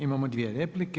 Imamo dvije replike.